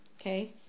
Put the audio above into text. Okay